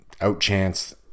outchanced